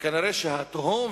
וכנראה התהום,